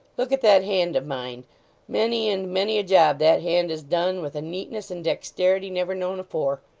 look at that hand of mine many and many a job that hand has done, with a neatness and dexterity, never known afore.